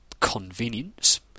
convenience